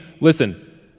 listen